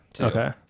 okay